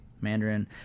Mandarin